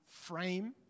frame